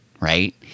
right